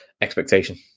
expectation